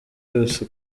yose